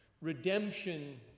Redemption